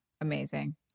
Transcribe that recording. Amazing